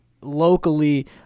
locally